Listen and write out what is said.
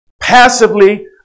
passively